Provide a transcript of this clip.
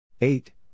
Eight